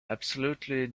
absolutely